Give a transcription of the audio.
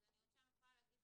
אז אני עוד שם יכולה להגיד,